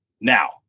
Now